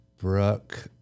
Brooke